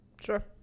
Sure